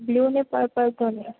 blue ને purple ગમ્યો